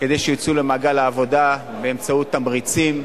כדי שיצאו למעגל העבודה, באמצעות תמריצים,